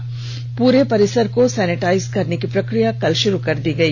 वहीं पूरे परिसर को सैनिटाइज करने की प्रक्रिया कल शुरू कर दी गई